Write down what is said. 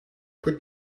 put